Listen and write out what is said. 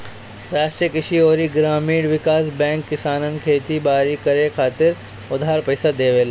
राष्ट्रीय कृषि अउरी ग्रामीण विकास बैंक किसानन के खेती बारी करे खातिर उधार पईसा देवेला